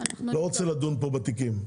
אני לא רוצה לדון פה בתיקים.